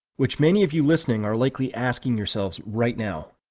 which many of you listening are likely asking yourselves right now.